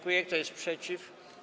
Kto jest przeciw?